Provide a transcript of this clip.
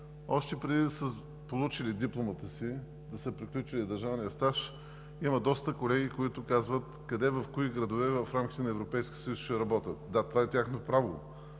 още преди да са получили дипломата си, да са приключили държавния си стаж, има доста колеги, които казват къде и в кои градове в рамките на Европейския съюз ще работят. Да, това е тяхно право,